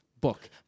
book